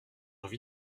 envie